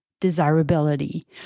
desirability